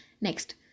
Next